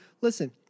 listen